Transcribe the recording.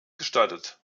gestattet